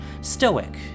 stoic